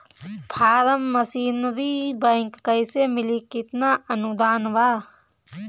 Form machinery bank कैसे मिली कितना अनुदान बा?